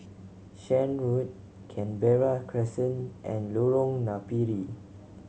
Shan Road Canberra Crescent and Lorong Napiri